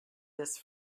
this